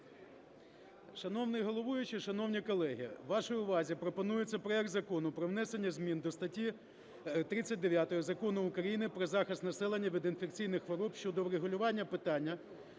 Шановний головуючий, шановні колеги! Вашій увазі пропонується Проект Закону про внесення змін до статті 39 Закону України "Про захист населення від інфекційних хвороб" щодо врегулювання питання